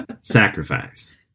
Sacrifice